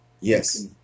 Yes